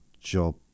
job